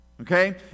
okay